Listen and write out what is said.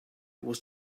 was